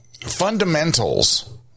fundamentals